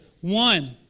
One